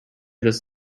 this